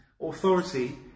authority